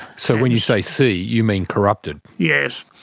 so when you say c, you mean corrupted? yes,